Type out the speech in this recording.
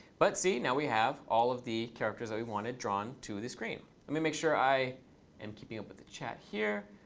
but see, now we have all of the characters that we wanted drawn to the screen. let me make sure i am keeping up with the chat here.